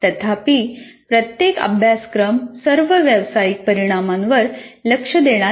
तथापि प्रत्येक अभ्यासक्रम सर्व व्यावसायिक परिणामांवर लक्ष देणार नाही